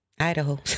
Idaho